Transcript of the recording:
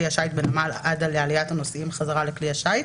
השיט בנמל עד לעליית הנוסעים חזרה לכלי השיט".